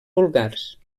vulgars